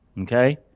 Okay